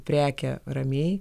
prekę ramiai